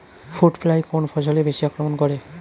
Fruit fly কোন ফসলে বেশি আক্রমন করে?